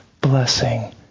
blessing